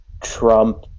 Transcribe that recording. Trump